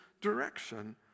direction